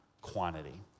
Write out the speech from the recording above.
quantity